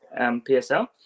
PSL